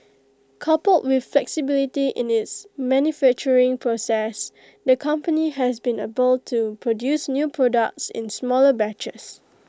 coupled with flexibility in its manufacturing process the company has been able to produce new products in smaller batches